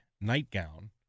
nightgown